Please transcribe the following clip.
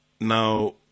Now